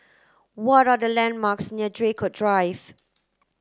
what are the landmarks near Draycott Drive